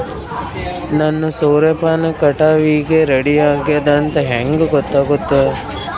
ನನ್ನ ಸೂರ್ಯಪಾನ ಕಟಾವಿಗೆ ರೆಡಿ ಆಗೇದ ಅಂತ ಹೆಂಗ ಗೊತ್ತಾಗುತ್ತೆ?